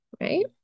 right